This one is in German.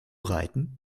reiten